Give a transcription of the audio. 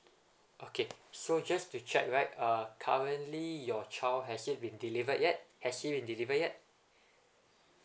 okay so just to check right uh currently your child has it been delivered yet has he been delivered yet